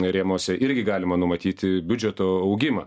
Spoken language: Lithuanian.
rėmuose irgi galima numatyti biudžeto augimą